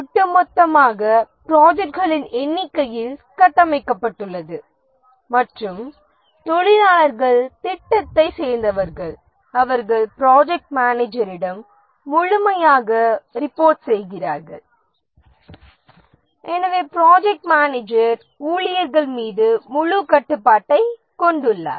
ஒட்டுமொத்தமாக ப்ராஜெக்ட்களின் எண்ணிக்கையில் கட்டமைக்கப்பட்டுள்ளது மற்றும் தொழிலாளர்கள் திட்டத்தைச் சேர்ந்தவர்கள் அவர்கள் ப்ராஜெக்ட் மேனேஜரிடம் முழுமையாக ரிபோர்ட் செய்கிறார்கள் எனவே ப்ராடெக்ட் மேனேஜர் ஊழியர்கள் மீது முழு கட்டுப்பாட்டைக் கொண்டுள்ளனர்